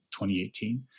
2018